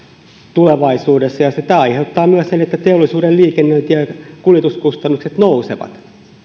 tulevaisuudessa ja ja tämä aiheuttaa sitten myös sen että teollisuuden liikennöinti ja kuljetuskustannukset nousevat